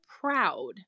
proud